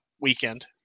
weekend